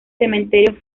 cementerio